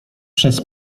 przez